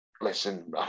listen